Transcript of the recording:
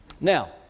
now